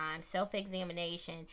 self-examination